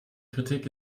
kritik